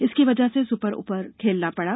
इसकी वजह से सुपर ओवर खेलना पड़ा